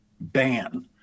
ban